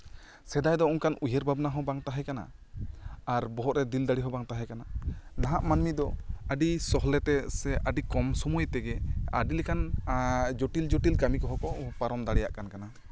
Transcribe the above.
ᱥᱮᱫᱟᱭ ᱫᱚ ᱚᱱᱠᱟᱱ ᱩᱭᱦᱟᱹᱨ ᱵᱷᱟᱵᱱᱟ ᱦᱚᱸ ᱵᱟᱝ ᱛᱟᱦᱮᱸ ᱠᱟᱱᱟ ᱟᱨ ᱵᱚᱦᱚᱜᱨᱮ ᱫᱤᱞ ᱫᱟᱲᱮ ᱦᱚᱸ ᱵᱟᱝ ᱛᱟᱦᱮᱸ ᱠᱟᱱᱟ ᱱᱟᱦᱟᱜ ᱢᱟᱱᱢᱤ ᱫᱚ ᱟᱹᱰᱤ ᱥᱚᱞᱦᱮᱛᱮ ᱥᱮ ᱟᱹᱰᱤ ᱠᱚᱢ ᱥᱚᱢᱚᱭ ᱛᱮᱜᱮ ᱟᱹᱰᱤ ᱞᱮᱠᱟᱱ ᱡᱚᱴᱤᱞ ᱡᱚᱴᱤᱞ ᱠᱟ ᱢᱤ ᱠᱚ ᱯᱟᱨᱚᱢ ᱫᱟᱲᱮᱭᱟᱜ ᱠᱟᱱᱟ